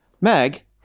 Meg